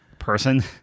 person